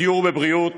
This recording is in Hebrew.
בדיור ובריאות,